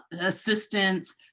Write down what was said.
assistance